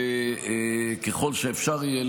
ככל שאפשר יהיה,